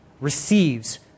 receives